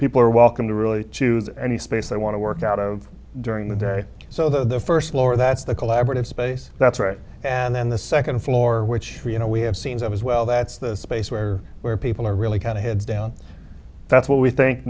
people are welcome to really choose any space they want to work out of during the day so the first floor that's the collaborative space that's right and then the second floor which you know we have seen as well that's the space where where people are really kind of head down that's what we think